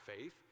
faith